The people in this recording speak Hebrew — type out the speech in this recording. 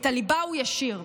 את הליבה הוא ישאיר.